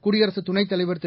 குடியரசு துணைத் தலைவர் திரு